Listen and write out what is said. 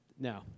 No